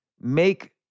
make